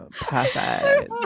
Perfect